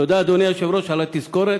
תודה, אדוני היושב-ראש, על התזכורת.